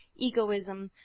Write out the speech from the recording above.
egoism,